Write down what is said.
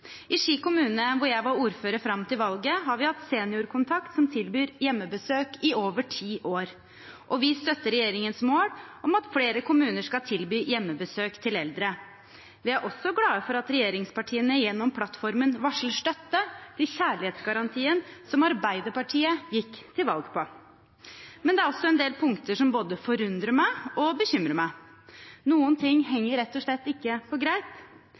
I Ski kommune, hvor jeg var ordfører fram til valget, har vi i over ti år hatt seniorkontakt som tilbyr hjemmebesøk, og vi støtter regjeringens mål om at flere kommuner skal tilby hjemmebesøk til eldre. Vi er også glad for at regjeringspartiene gjennom plattformen varsler støtte til kjærlighetsgarantien som Arbeiderpartiet gikk til valg på. Men det er også en del punkter som både forundrer meg og bekymrer meg. Noen ting henger rett og slett ikke på